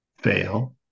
fail